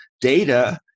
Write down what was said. data